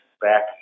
back